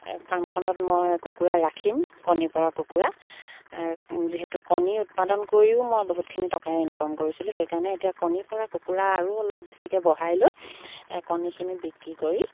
ফাৰ্মখনত মই কুকুৰা ৰাখিম কণী পৰা কুকুৰা যিহেতু কণী উৎপাদন কৰিও মই বহুতখিনি টকাই ইনকম কৰিছিলোঁ সেইকাৰণে এতিয়া কণী পৰা কুকুৰা আৰু অলপ বেছিকৈ বঢ়াই লৈ কণীখিনি বিক্ৰী কৰি